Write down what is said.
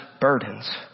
burdens